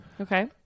Okay